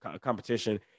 competition